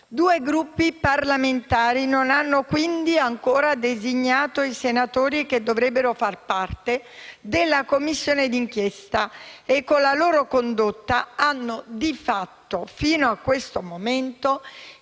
Due Gruppi parlamentari non hanno, quindi, ancora designato i senatori che dovrebbero far parte della Commissione d'inchiesta e con la loro condotta hanno di fatto, fino a questo momento,